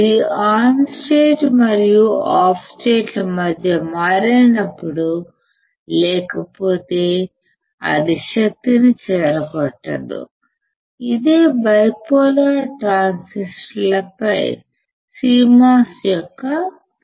ఇది on state మరియు off state మధ్య మారినప్పుడు లేకపోతే అది శక్తిని చెదరగొట్టదుఇదే బైపోలార్ ట్రాన్సిస్టర్లపై CMOS యొక్క ప్రయోజనం